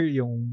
yung